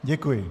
Děkuji.